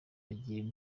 agira